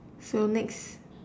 so next